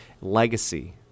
legacy